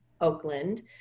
Oakland